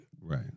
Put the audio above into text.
Right